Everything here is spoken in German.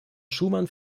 schumann